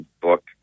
book